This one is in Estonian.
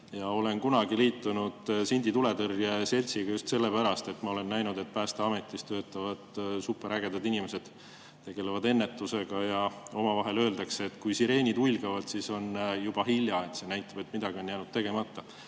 Olen kunagi liitunud Sindi Tuletõrje Seltsiga just sellepärast, et ma olen näinud, et Päästeametis töötavad superägedad inimesed, tegelevad ennetusega. Omavahel öeldakse, et kui sireenid huilgavad, siis on juba hilja – see näitab, et midagi on jäänud tegemata.